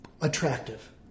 attractive